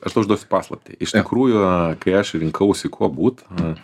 aš tuo išduosiu paslaptį iš tikrųjų kai aš rinkausi kuo būt